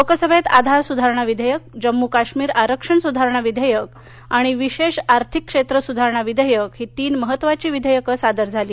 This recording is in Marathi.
लोकसभेत आधार सुधारणा विधेयक जम्मू काश्मीर आरक्षण सुधारणा विधेयक आणि विशेष आर्थिक क्षेत्र सुधारणा विधेयक ही तीन महत्त्वाची विधेयकं सादर झाली